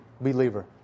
believer